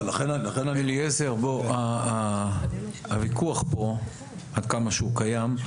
אליעזר, הוויכוח כאן, עד כמה שהוא קיים,